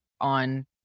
on